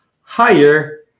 higher